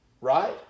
right